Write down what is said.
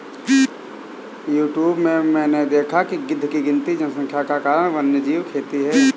YouTube में मैंने देखा है कि गिद्ध की गिरती जनसंख्या का कारण वन्यजीव खेती है